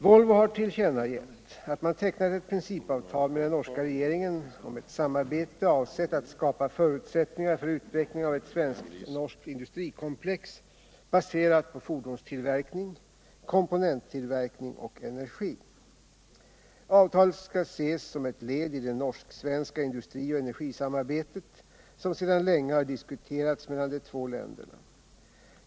Volvo har tillkännagett att man tecknat ett principavtal med den norska regeringen om ett samarbete avsett att skapa förutsättningar för utveckling av ett svenskt-norskt industrikomplex, baserat på fordonstillverkning, komponenttillverkning och energi. Avtalet skall ses som ett led i det norsk-svenska industrioch energisamarbetet som sedan länge har diskuterats mellan de två länderna.